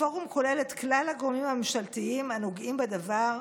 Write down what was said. הפורום כולל את כלל הגורמים הממשלתיים הנוגעים בדבר,